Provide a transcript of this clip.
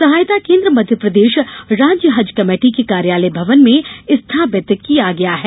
सहायता केन्द्र मध्यप्रदेश राज्य हज कमेटी के कार्यालय भवन में स्थापित किया गया है